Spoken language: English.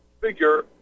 figure